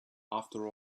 after